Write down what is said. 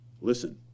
Listen